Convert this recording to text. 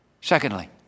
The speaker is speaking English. Secondly